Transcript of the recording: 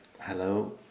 Hello